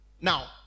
Now